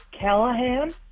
Callahan